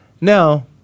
Now